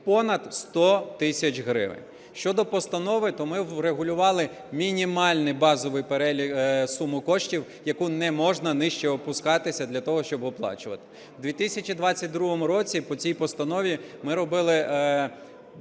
понад 100 тисяч гривень. Щодо постанови, то ми врегулювали мінімальний базовий перелік… суму коштів, якої не можна нижче опускати для того, щоб оплачувати. В 2022 році по цій постанові ми робили